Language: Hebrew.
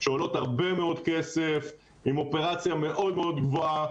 שעולות הרבה מאוד כסף עם אופרציה מאוד מאוד גבוהה.